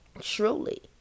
truly